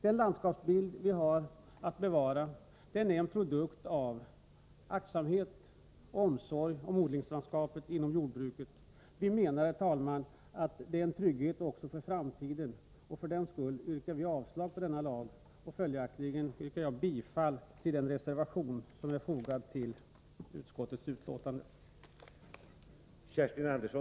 Den landskapsbild vi har att bevara är en produkt av aktsamhet och omsorg om odlingslandskap inom jordbruket. Herr talman! Vi menar att detta innebär en trygghet också för framtiden. Av den anledningen yrkar jag avslag på denna lag, och följaktligen yrkar jag bifall till den reservation som är fogad till betänkandet.